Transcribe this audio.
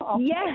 Yes